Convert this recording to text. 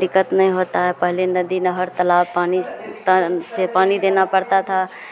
दिक्कत नहीं होता है पहले नदी नहर तलाब पानी से त से पानी देना पड़ता था